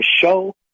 show